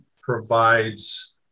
provides